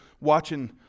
watching